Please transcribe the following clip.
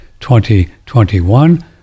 2021